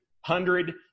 hundred